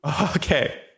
Okay